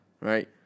right